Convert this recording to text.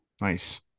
Nice